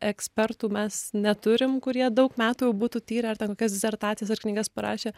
ekspertų mes neturim kurie daug metų jau būtų tyrę ar ten kokias disertacijas ar knygas parašę